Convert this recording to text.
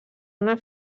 una